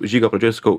žygio pradžioj sakau